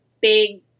big